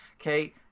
Okay